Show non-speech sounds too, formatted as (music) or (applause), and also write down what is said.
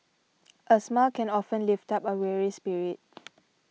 (noise) a smile can often lift up a weary spirit (noise)